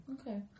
Okay